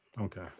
okay